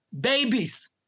babies